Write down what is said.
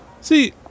See